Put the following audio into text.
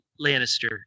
Lannister